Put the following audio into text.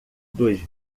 dos